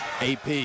AP